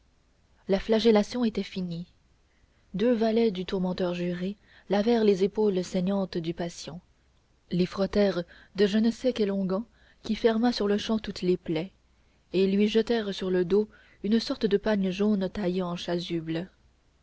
la flagellation était finie deux valets du tourmenteur juré lavèrent les épaules saignantes du patient les frottèrent de je ne sais quel onguent qui ferma sur-le-champ toutes les plaies et lui jetèrent sur le dos une sorte de pagne jaune taillé en chasuble